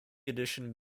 edition